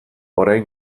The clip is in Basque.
orain